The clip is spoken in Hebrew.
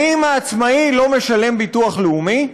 האם העצמאי לא משלם ביטוח לאומי?